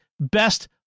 best